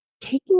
taking